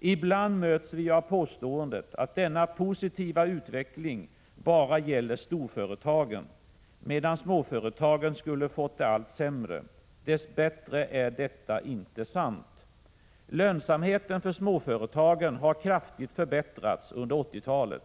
Ibland möts vi av påståendet att den positiva utvecklingen bara gäller storföretagen, medan småföretagen skulle ha fått det allt sämre. Dess bättre är inte detta sant. Lönsamheten för småföretagen har kraftigt förbättrats under 1980-talet.